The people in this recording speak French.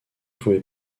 pouvez